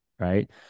Right